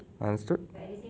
understood